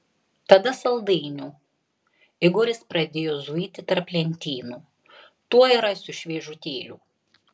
tada saldainių igoris pradėjo zuiti tarp lentynų tuoj rasiu šviežutėlių